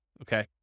okay